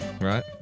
Right